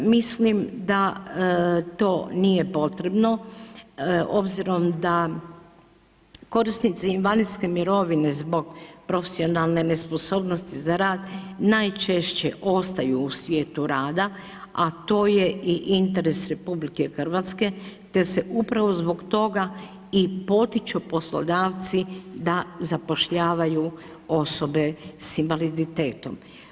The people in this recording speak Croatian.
Mislim da to nije potrebno obzirom da korisnici invalidske mirovine zbog profesionalne nesposobnosti za rad najčešće ostaju u svijetu rada, a to je i interes RH te se upravo zbog toga i potiču poslodavci da zapošljavaju osobe s invaliditetom.